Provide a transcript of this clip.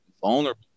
vulnerable